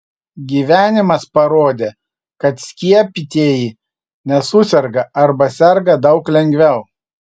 gyvenimas parodė kad skiepytieji nesuserga arba serga daug lengviau